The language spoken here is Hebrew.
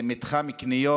מתחם קניות,